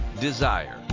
desire